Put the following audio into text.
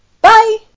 Bye